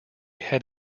head